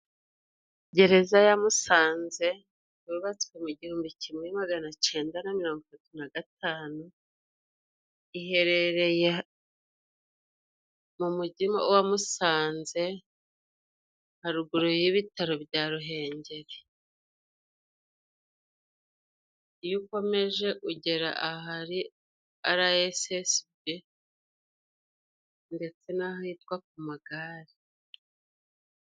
Gereza ya Musanze yubatswe mu gihumbi kimwe maganacenda na mirongo itatu na gatanu. Iherereye mu mujyi wa Musanze haruguru y'ibitaro bya Ruhengeri. Iyo ukomeje ugera ahari arayesiyesibi ndetse n'ahitwa ku magare.